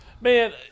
Man